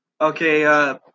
Okay